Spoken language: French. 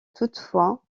toutefois